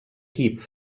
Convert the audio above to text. kíev